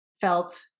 felt